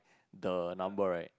the number right